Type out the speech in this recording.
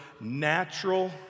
natural